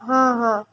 ହଁ ହଁ